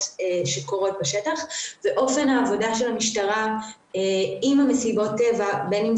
שקורות בשטח ואופן העבודה של המשטרה עם מסיבות הטבע בין אם